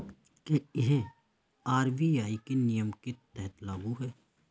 क्या यह आर.बी.आई के नियम के तहत लागू है?